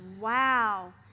Wow